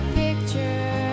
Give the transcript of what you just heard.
picture